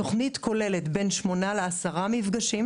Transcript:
התוכנית כוללת בין שמונה לעשרה מפגשים,